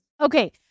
Okay